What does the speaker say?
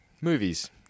movies